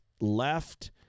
left